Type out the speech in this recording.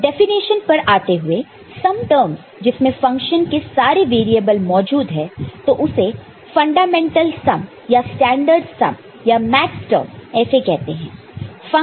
तो डेफिनेशन पर आते हुए सम टर्मस जिसमें फंक्शन के सारे वेरिएबल मौजूद है तो उसे फंडामेंटल सम या स्टैंडर्ड सम या मैक्सटर्म ऐसे कहते हैं